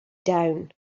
down